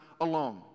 alone